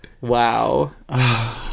Wow